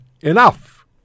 enough